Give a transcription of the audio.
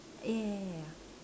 ya ya ya ya